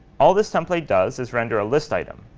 all this template does is render a list item,